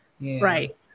Right